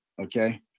Okay